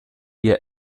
ihr